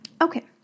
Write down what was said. Okay